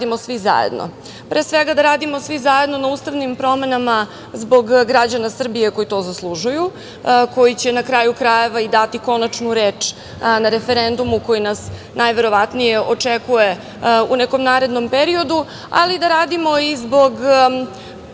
da radimo svi zajedno. Pre svega, da radimo svi zajedno na ustavnim promenama zbog građana Srbije koji to zaslužuju, koji će i dati konačnu reč na referendumu koji nas najverovatnije očekuje u nekom narednom periodu, ali i da radimo zbog